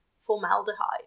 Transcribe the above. formaldehyde